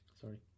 sorry